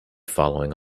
following